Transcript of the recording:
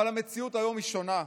אבל המציאות היום שונה.